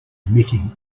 emitting